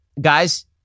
Guys